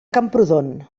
camprodon